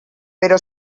però